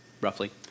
roughly